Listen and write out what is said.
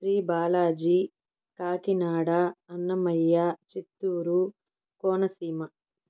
Sri Balaji Kakinada Annamayya Chittoor Konaseema